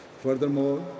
Furthermore